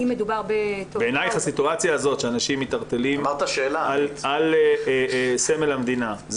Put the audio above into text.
בעינייך הסיטואציה הזאת שאנשים מתערטלים על סמל המדינה,